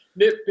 nitpick